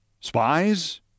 Spies